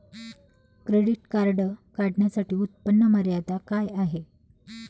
Credit card काढण्यासाठी उत्पन्न मर्यादा काय आहे?